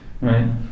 Right